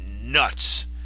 nuts